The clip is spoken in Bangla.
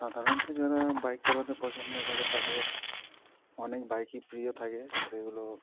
সাধারণত যারা বাইক চালাতে পছন্দ করে তাদের অনেক বাইকই প্রিয় থাকে সেগুলো